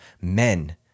men